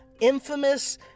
Infamous